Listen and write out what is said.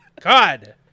God